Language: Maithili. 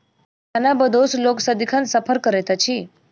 खानाबदोश लोक सदिखन सफर करैत अछि